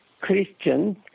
Christian